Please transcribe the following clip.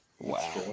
Wow